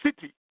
city